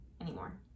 anymore